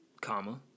Comma